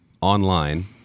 online